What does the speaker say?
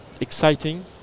exciting